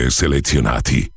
selezionati